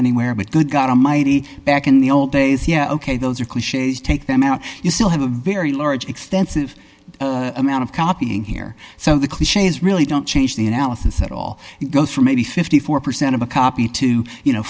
anywhere but good god almighty back in the old days yeah ok those are cliches take them out you still have a very large extensive amount of copying here so the cliches really don't change the analysis at all it goes from maybe fifty four percent of a copy to you know